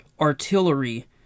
artillery